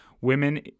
Women